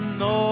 no